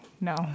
no